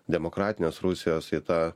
demokratinės rusijos į tą